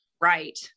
Right